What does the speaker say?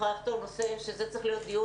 את יכולה לכתוב שזה צריך להיות דיון